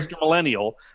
millennial